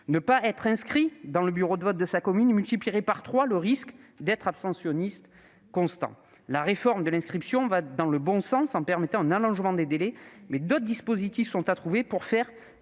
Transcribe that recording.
Ne pas être inscrit dans le bureau de vote de sa commune multiplierait par trois le risque d'être un abstentionniste constant. La réforme de l'inscription va dans le bon sens, en permettant un allongement des délais, mais d'autres dispositifs sont à trouver pour faire